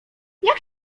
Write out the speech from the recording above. jak